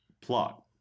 plot